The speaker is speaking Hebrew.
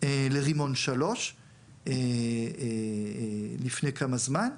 לרימון 3 לפני כמה זמן,